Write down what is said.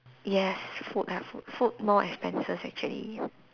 yes food ah food food more expenses actually